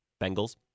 Bengals